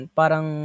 parang